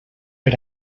per